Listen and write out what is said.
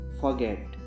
forget